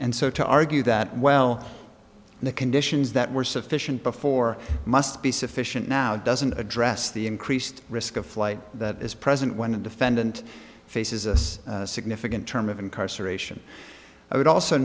and so to argue that well the conditions that were sufficient before must be sufficient now doesn't address the increased risk of flight that is present when a defendant faces a significant term of incarceration i would also